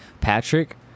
patrick